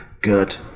good